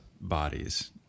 bodies